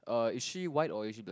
uh is she white or is she black